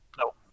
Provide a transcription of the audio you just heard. no